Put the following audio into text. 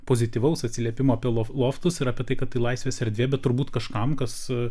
pozityvaus atsiliepimo apie lo loftus ir apie tai kad tai laisvės erdvė bet turbūt kažkam kas